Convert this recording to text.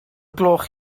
gloch